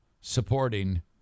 supporting